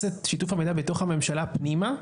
את שיתוף המידע בתוך הממשלה פנימה,